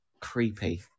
creepy